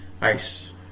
Ice